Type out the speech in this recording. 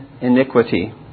iniquity